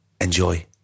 Enjoy